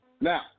Now